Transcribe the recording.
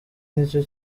nicyo